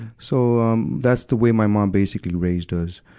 so, um, that's the way my mom basically raised us.